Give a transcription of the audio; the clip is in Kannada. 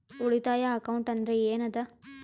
ಉಳಿತಾಯ ಅಕೌಂಟ್ ಅಂದ್ರೆ ಏನ್ ಅದ?